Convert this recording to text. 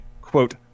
quote